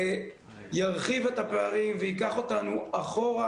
ירחיבו את הפערים וייקחו אותנו אחורה,